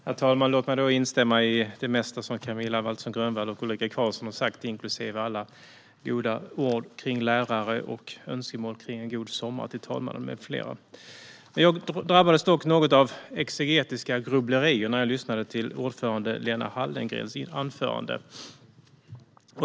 Herr talman! Låt mig instämma i det mesta som Camilla Waltersson Grönvall och Ulrika Carlsson sa, inklusive alla goda ord om lärare och önskemål om en god sommar till talmannen med flera. Jag drabbades dock av exegetiska grubblerier när jag lyssnade till ordförande Lena Hallengrens anförande.